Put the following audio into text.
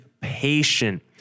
patient